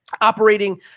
operating